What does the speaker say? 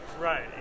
Right